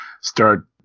start